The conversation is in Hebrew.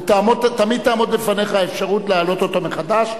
ותמיד תעמוד בפניך האפשרות להעלות אותו מחדש,